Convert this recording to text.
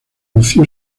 lucio